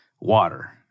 water